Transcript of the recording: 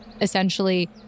essentially